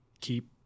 keep